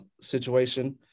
situation